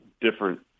different